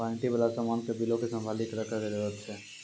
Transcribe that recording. warranty बाला समान के बिलो के संभाली के रखै के जरूरत छै